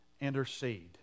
intercede